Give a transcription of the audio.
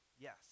Yes